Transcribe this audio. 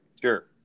Sure